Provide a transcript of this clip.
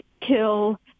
kill